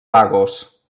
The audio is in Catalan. lagos